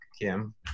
Kim